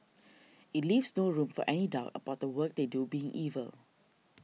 it leaves no room for any doubt about the work they do being evil